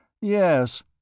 Yes